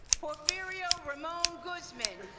porphyria ramon guzman,